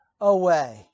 away